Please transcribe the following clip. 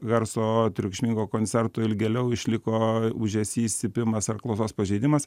garso triukšmingo koncerto ilgėliau išliko ūžesys cypimas ar klausos pažeidimas